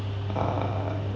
uh